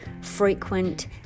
frequent